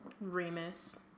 Remus